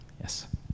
yes